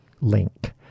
link